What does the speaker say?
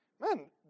Man